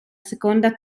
seconda